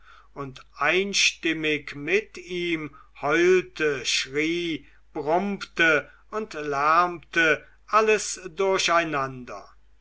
und einstimmig mit ihm heulte schrie brummte und lärmte alles durcheinander